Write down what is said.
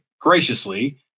graciously